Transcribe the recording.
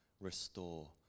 Restore